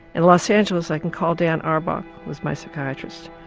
in los angeles, i can call dan arbuck, who's my psychiatrist.